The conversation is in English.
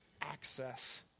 access